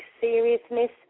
seriousness